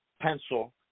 pencil